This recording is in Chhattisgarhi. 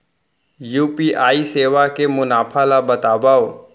यू.पी.आई सेवा के मुनाफा ल बतावव?